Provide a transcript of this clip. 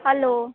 hello